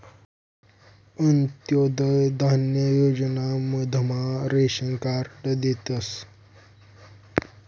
अंत्योदय धान्य योजना मधमा रेशन कार्ड देतस